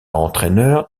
entraîneur